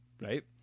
right